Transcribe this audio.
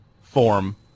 form